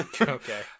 Okay